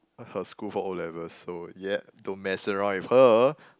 her school for O-level so yea don't mess around with her